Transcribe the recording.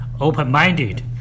open-minded